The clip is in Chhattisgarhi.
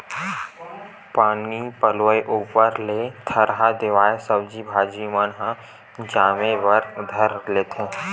पानी पलोय ऊपर ले थरहा देवाय सब्जी भाजी मन ह जामे बर धर लेथे